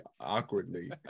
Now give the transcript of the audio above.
awkwardly